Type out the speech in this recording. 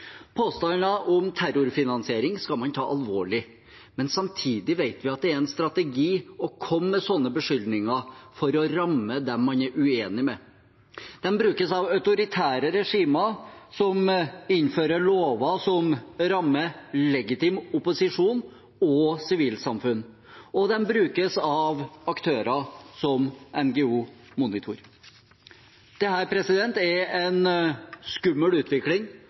påstandene. Påstander om terrorfinansiering skal man ta alvorlig. Samtidig vet vi at det er en strategi å komme med slike beskyldninger for å ramme dem man er uenig med. De brukes av autoritære regimer som innfører lover som rammer legitim opposisjon og sivilsamfunn, og de brukes av aktører som NGO Monitor. Dette er en skummel utvikling